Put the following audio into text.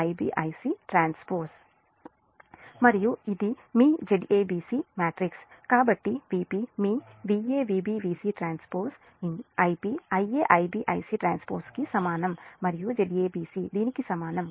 కాబట్టి Vp మీ Va Vb Vc T Ip Ia Ib Ic T కి సమానం మరియు Zabc దీనికి సమానం